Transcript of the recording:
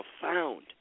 profound